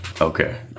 Okay